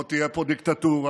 לא תהיה פה דיקטטורה,